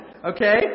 Okay